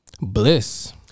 bliss